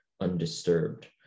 undisturbed